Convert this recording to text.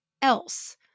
Else